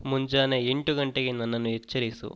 ಮುಂಜಾನೆ ಎಂಟು ಗಂಟೆಗೆ ನನ್ನನ್ನು ಎಚ್ಚರಿಸು